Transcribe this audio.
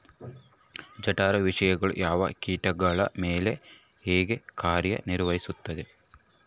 ಜಠರ ವಿಷಯಗಳು ಯಾವ ಕೇಟಗಳ ಮೇಲೆ ಹೇಗೆ ಕಾರ್ಯ ನಿರ್ವಹಿಸುತ್ತದೆ?